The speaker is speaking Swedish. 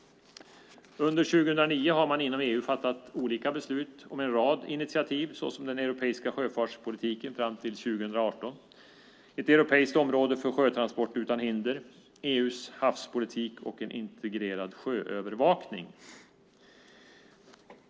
Under 2009 har man inom EU fattat olika beslut om en rad initiativ: den europeiska sjöfartspolitiken fram till 2018, ett europeiskt område för sjötransport utan hinder, EU:s havspolitik och en integrerad sjöövervakning.